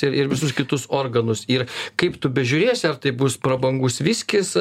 ir visus kitus organus ir kaip tu bežiūrėsi ar tai bus prabangus viskis